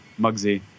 mugsy